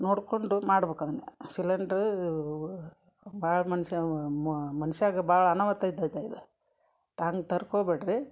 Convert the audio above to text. ನೋಡಿಕೊಂಡು ಮಾಡ್ಬೇಕು ಅದನ್ನು ಸಿಲಿಂಡ್ರ್ ಭಾಳ ಮನ್ಷವ ಮನ್ಷಗೆ ಭಾಳ ಅನಾಹುತ ಇದ್ದದ್ದೇ ಇದು ಹಂಗ್ ತರ್ಕೋಬೇಡಿರಿ